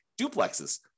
duplexes